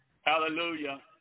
Hallelujah